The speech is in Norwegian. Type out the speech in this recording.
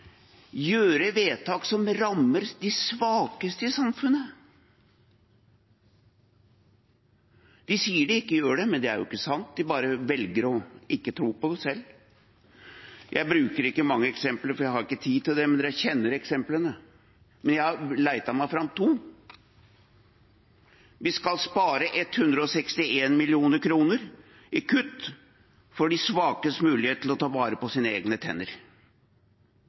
gjøre vedtak som rammer de svakeste i samfunnet. De sier det ikke gjør det, men det er jo ikke sant – de bare velger å ikke tro på det selv. Jeg bruker ikke mange eksempler, for jeg har ikke tid til det. Men alle kjenner eksemplene, jeg har lett meg fram til to. Vi skal spare 161 mill. kr i kutt for de svakes mulighet til å ta vare på sine egne tenner.